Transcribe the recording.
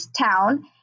town